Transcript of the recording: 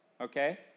Okay